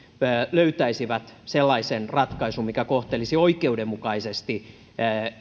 löytäisivät sellaisen ratkaisun mikä kohtelisi oikeudenmukaisesti